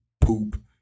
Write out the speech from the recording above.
poop